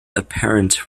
apparent